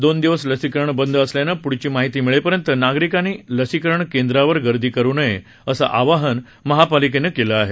दोन दिवस लसीकरण बंद असल्यानं प्ढची माहिती मिळेपर्यंत नागरिकांनी लसीकरण केंद्रांवर गर्दी करू नये असं आवाहन महापालिकेनं केलं आहे